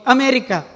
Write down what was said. America